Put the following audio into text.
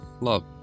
love